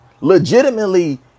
legitimately